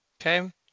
Okay